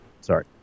Sorry